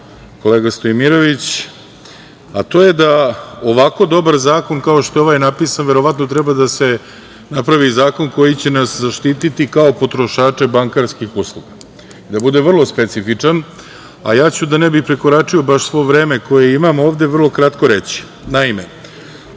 kolega Stojmirović, a to je da ovako dobar zakon, kao što je ovaj napisan, verovatno treba da se napravi zakon koji će nas zaštiti kao potrošače bankarskih usluga, da bude vrlo specifičan. Da ne bih prekoračio baš svo vreme koje imam ovde, vrlo kratku ću reći. Naime,